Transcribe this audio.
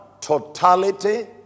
totality